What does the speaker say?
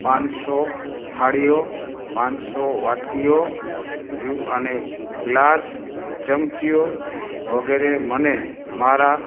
પાંચસો થાળીઓ પાંચસો વાટકીઓ યુ અને ગ્લાસ ચમચીઓ વગેરે મને મારા